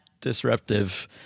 disruptive